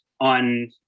on